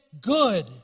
good